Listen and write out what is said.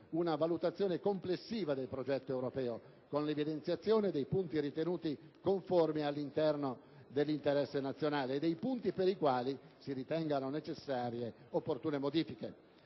una valutazione complessiva del progetto europeo, con l'evidenziazione dei punti ritenuti conformi all'interesse nazionale e dei punti per i quali si ritengano necessarie opportune modifiche;